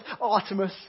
Artemis